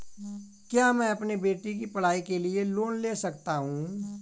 क्या मैं अपने बेटे की पढ़ाई के लिए लोंन ले सकता हूं?